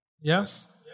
Yes